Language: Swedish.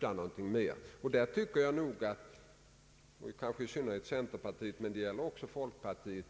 Där tycker jag nog att i synnerhet centerpartiet men även folkpartiet